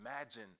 imagine